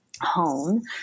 Home